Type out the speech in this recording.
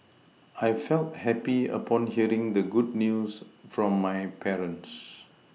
I felt happy upon hearing the good news from my parents